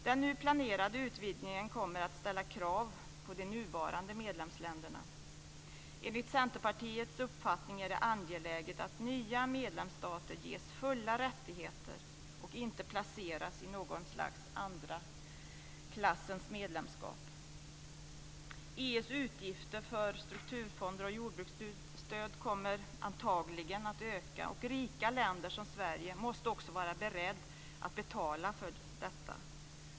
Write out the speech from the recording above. Den nu planerade utvidgningen kommer att ställa krav på de nuvarande medlemsländerna. Enligt Centerpartiets uppfattning är det angeläget att nya medlemsstater ges fulla rättigheter och inte placeras i något slags andra klassens medlemskap. EU:s utgifter för strukturfonder och jordbruksstöd kommer antagligen att öka. Rika länder som Sverige måste också vara beredda att betala för detta.